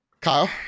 Kyle